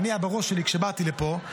אני בראש שלי כשבאתי לפה,